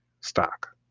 stock